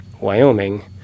Wyoming